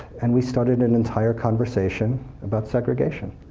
and we started an entire conversation about segregation,